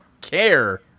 care